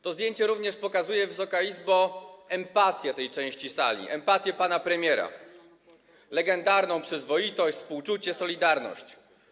To zdjęcie również pokazuje empatię tej części sali, empatię pana premiera, legendarną przyzwoitość, współczucie, solidarność.